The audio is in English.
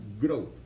growth